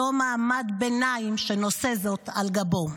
אותו מעמד ביניים שנושא זאת על גבו.